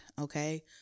okay